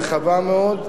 רחבה מאוד,